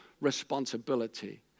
responsibility